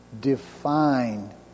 define